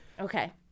Okay